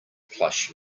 plush